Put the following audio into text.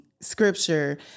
scripture